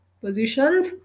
positions